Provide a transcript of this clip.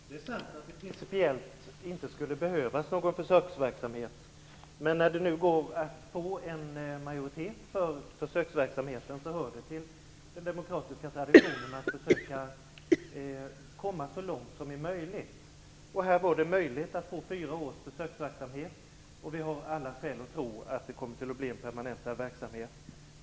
Fru talman! Det är sant att det principiellt inte skulle behövas någon försöksverksamhet, men när det nu går att få en majoritet för försöksverksamheten hör det till den demokratiska traditionen att försöka komma så långt som möjligt. Här var det möjligt att få fyra års försöksverksamhet, och vi har alla skäl att tro att det kommer att bli en permanentad verksamhet.